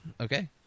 okay